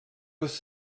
was